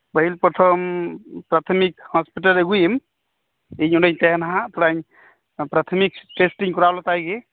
ᱯᱟᱦᱤᱞ ᱯᱨᱚᱛᱷᱚᱢ ᱯᱨᱟᱛᱷᱚᱢᱤᱠ ᱦᱟᱸᱥᱯᱤᱴᱟᱞ ᱟᱜᱩᱭᱮᱢ ᱤᱧ ᱚᱸᱰᱮᱧ ᱛᱟᱦᱮᱸᱱᱟ ᱦᱟᱸᱜ ᱛᱷᱚᱲᱟᱧ ᱯᱨᱟᱛᱷᱚᱢᱤᱠ ᱴᱮᱥᱴᱤᱧ ᱠᱚᱨᱟᱣ ᱞᱮᱛᱟᱭ ᱜᱮ